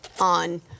On